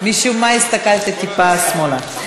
משום מה, הסתכלתי טיפה שמאלה.